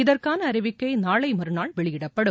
இதற்கான அறிவிக்கை நாளை மறுநாள் வெளியிடப்படும்